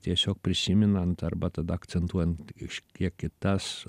tiesiog prisiminant arba tada akcentuojant iš kiek kitas